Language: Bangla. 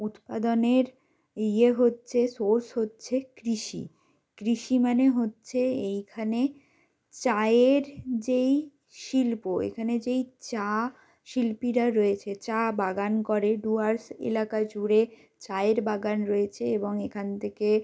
উৎপাদনের ইয়ে হচ্ছে সোর্স হচ্ছে কৃষি কৃষি মানে হচ্ছে এইখানে চায়ের যেই শিল্প এখানে যেই চা শিল্পীরা রয়েছে চা বাগান করে ডুয়ার্স এলাকা জুড়ে চায়ের বাগান রয়েছে এবং এখান থেকে